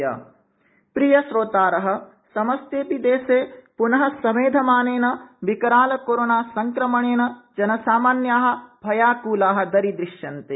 कोविडसन्देश प्रिया श्रोतार समस्तेऽपि देशे प्नः समेधमानेन विकराल कोरोना संक्रमणेन जनसामान्या भयाकुला दरीदृश्यन्ते